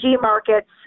markets